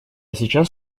сейчас